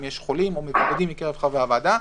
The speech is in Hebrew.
אם יש חולים או מבודדים מקרב חברי הוועדה,